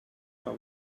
but